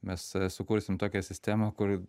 mes sukursim tokią sistemą kur